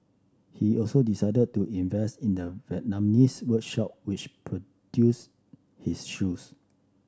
he also decided to invest in the Vietnamese workshop which produced his shoes